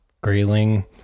grayling